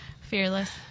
Fearless